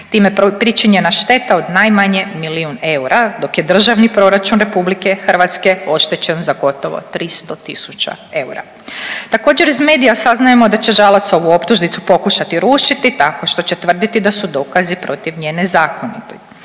time pričinjena šteta od najmanje milijun eura, dok je državni proračun RH oštećen za gotovo 300.000 eura. Također iz medija saznajemo da će Žalac ovu optužnicu pokušati rušiti tako što će tvrditi da su dokazi protiv nje nezakoniti.